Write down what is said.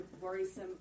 worrisome